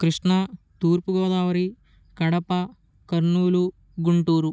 Krishna Thoorpu Godavari Kadapa Kurnool Guntur